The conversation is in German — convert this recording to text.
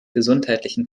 gesundheitlichen